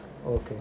okay